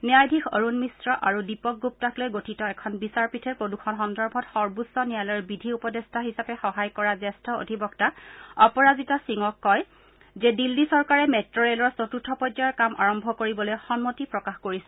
ন্যায়াধীশ অৰুণ মিশ্ৰ আৰু দীপক গুপ্তাক লৈ গঠিত এখন বিচাৰপীঠে প্ৰদূষণ সন্দৰ্ভত সৰ্বোচ্চ ন্যায়ালয়ৰ বিধি উপদেষ্টা হিচাপে সহায় কৰা জেষ্ঠ অধিবক্তা অপৰাজিতা সিঙক কয় যে দিল্লী চৰকাৰে মেট্ৰো ৰেলৰ চতুৰ্থ পৰ্য্যায়ৰ কাম আৰম্ভ কৰিবলৈ সন্মতি প্ৰকাশ কৰিছিল